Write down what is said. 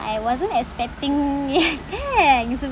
I wasn't expecting it ya is a